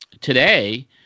today